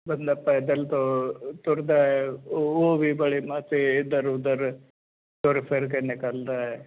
ਬੰਦਾ ਪੈਦਲ ਤੋ ਤੁਰਦਾ ਐ ਉਹ ਵੀ ਬੜੇ ਅਤੇ ਇੱਧਰ ਉੱਧਰ ਤੁਰ ਫਿਰ ਕੇ ਨਿਕਲਦਾ ਏ